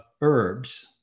herbs